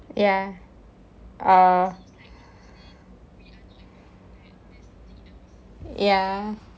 ya uh ya